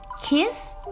Kiss